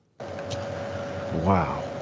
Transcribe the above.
Wow